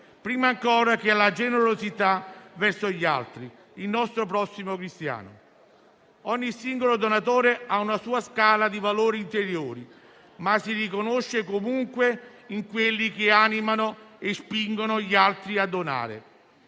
prima ancora che alla generosità verso gli altri, il nostro prossimo cristiano. Ogni singolo donatore ha una sua scala di valori interiore, ma si riconosce comunque in quelli che animano e spingono gli altri a donare.